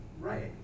Right